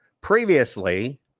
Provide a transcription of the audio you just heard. Previously